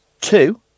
two